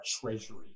treasury